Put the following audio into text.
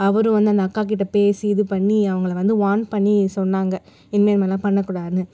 அவரும் வந்து அந்த அக்காக்கிட்ட பேசி இது பண்ணி அவங்கள வந்து வான் பண்ணி சொன்னாங்க இனிமேல் இது மாதிரிலாம் பண்ணக்கூடாதுன்னு